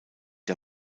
der